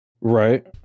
Right